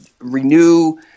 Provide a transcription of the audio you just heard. renew